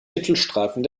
mittelstreifen